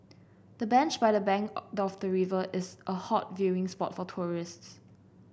the bench by the bank of the river is a hot viewing spot for tourists